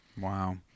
Wow